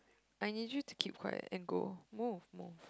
I need you to keep quiet and go move move